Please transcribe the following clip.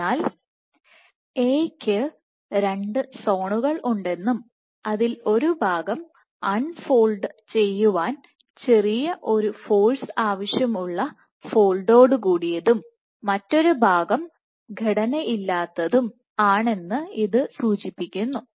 അതിനാൽ എ ക്ക്2 സോണുകൾ ഉണ്ടെന്നും അതിൽ ഒരു ഭാഗം അൺ ഫോൾഡ് ചെയ്യുവാൻ ചെറിയ ഒരു ഫോഴ്സ് ആവശ്യമുള്ള ഫോൾഡ് ഓടു കൂടിയതും മറ്റൊരു ഭാഗം ഘടന ഇല്ലാത്തതും ആണെന്ന് ഇത് സൂചിപ്പിക്കുന്നു